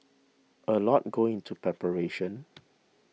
a lot goes into preparation